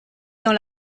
dans